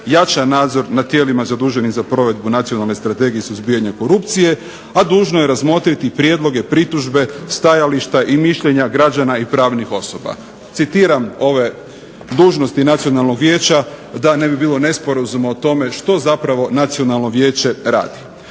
jača nadzor nad tijelima zaduženim za provedbu Nacionalne strategije suzbijanja korupcije, a dužno je razmotriti prijedloge, pritužbe, stajališta i mišljenja građana i pravnih osoba. Citiram ove dužnosti Nacionalnog vijeća da ne bi bilo nesporazuma o tome što zapravo Nacionalno vijeće radi.